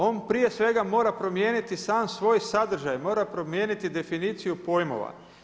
On prije svega mora promijeniti sam svoj sadržaj, mora promijeniti definiciju pojmova.